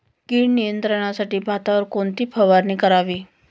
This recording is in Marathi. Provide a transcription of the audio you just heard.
कीड नियंत्रणासाठी भातावर कोणती फवारणी करावी?